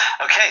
Okay